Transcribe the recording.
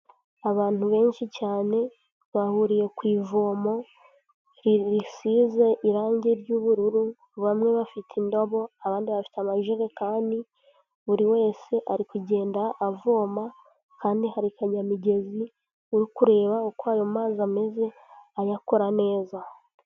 Abantu benshi cyane bahuriye ku ivomo risize irange ry'ubururu, bamwe bafite indobo abandi bafite amajerekani, buri wese ari kugenda avoma kandi hari kanyamigezi uri kureba uko ayo mazi ameze ayakora neza.